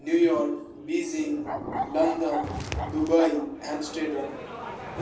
New York Beijing London Dubai